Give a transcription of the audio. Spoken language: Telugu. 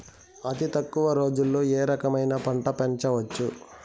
అతి తక్కువ రోజుల్లో ఏ రకమైన పంట పెంచవచ్చు?